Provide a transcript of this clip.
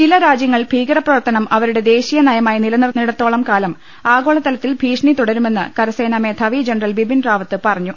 ചില രാജ്യങ്ങൾ ഭീകരപ്രവർത്തനം അവരുടെ ദേശീയ നയമായി നില നിർത്തുന്നിടത്തോളം കാലം ആഗോളതലത്തിൽ ഭീഷണി തുടരുമെന്ന് കരസേനാ മേധാവി ജനറൽ ബിബിൻ റാവത്ത് പറഞ്ഞു